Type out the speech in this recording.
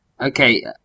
Okay